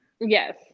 Yes